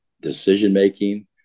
decision-making